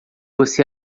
você